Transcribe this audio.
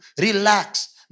relax